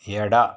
ಎಡ